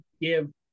give